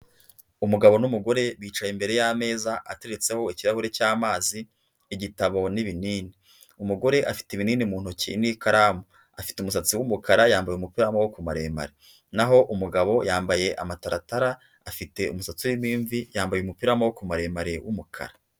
Umugabo n'umugore bicaye imbere y'ameza atetseho ikirahuri cy'amazi igitabo n'ibinini, umugore afite ibinini mu ntoki n'ikaramu, afite umusatsi w'umukara yambaye umupira w'amaboko maremare naho umugabo yambaye amataratara, afite umusatsi w' imvi yambaye umupira w'amaboko maremare w'umukara.